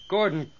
Gordon